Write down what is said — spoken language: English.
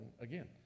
again